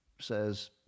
says